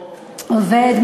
עובד?